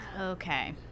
Okay